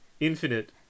Infinite